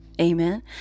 Amen